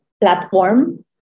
platform